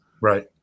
Right